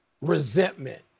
Resentment